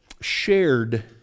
shared